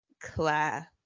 Claire